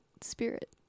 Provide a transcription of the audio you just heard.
spirit